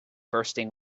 bursting